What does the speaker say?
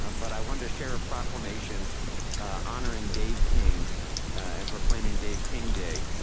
ah but i wanted to share a proclamation honoring dave king and proclaiming dave king day.